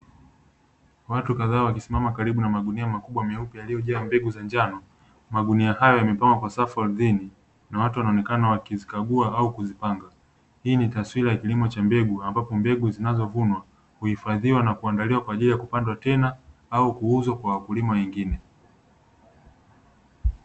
Watu kadhaa wakisimama karibu na magunia makubwa meupe yaliyojaa mbegu za njano. Magunia hayo yamepangwa kwa safu ardhini, na watu wanaonekana wakizikagua au kuzipanga. Hii ni taswira ya kilimo cha mbegu ambapo mbegu zinazovunwa huhifadhiwa na kuandaliwa kwa ajili ya kupandwa tena au kuuzwa kwa wakulima wengine.